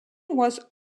was